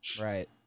right